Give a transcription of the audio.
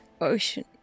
Ocean